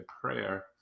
prayer